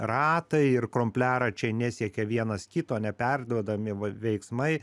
ratai ir krumpliaračiai nesiekia vienas kito neperduodami vai veiksmai